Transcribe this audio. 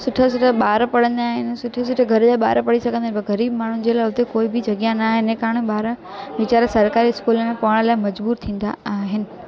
सुठा सुठा ॿार पढ़ंदा आहिनि सुठे सुठे घर जा ॿार पढ़ी सघंदा आहिनि पर ग़रीब माण्हुनि जे लाइ उते कोई बि जॻहि न थियणु कारण ॿार वेचारा सरकारी स्कूल में पढ़ण लाइ मजबूरु थींदा आहिनि